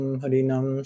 harinam